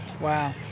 Wow